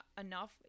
enough